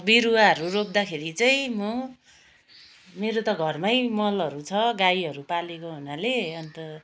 बिरुवाहरू रोप्दाखेरि चाहिँ म मेरो त घरमै मलहरू छ गाईहरू पालेको हुनाले अन्त